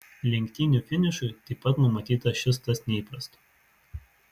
lenktynių finišui taip pat numatyta šis tas neįprasto